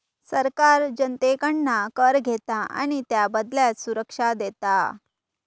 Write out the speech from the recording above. सरकार जनतेकडना कर घेता आणि त्याबदल्यात सुरक्षा देता